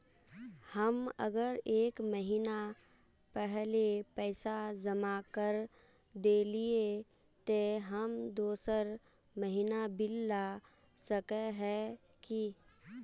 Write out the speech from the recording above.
हम अगर एक महीना पहले पैसा जमा कर देलिये ते हम दोसर महीना बिल ला सके है की?